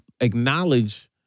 acknowledge